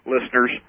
listeners